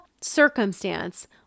circumstance